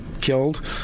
killed